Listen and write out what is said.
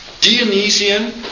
Dionysian